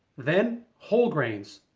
then whole grains.